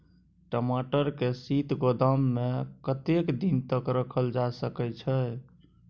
टमाटर के शीत गोदाम में कतेक दिन तक रखल जा सकय छैय?